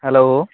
hello